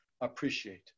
appreciate